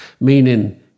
meaning